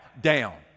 down